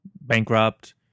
bankrupt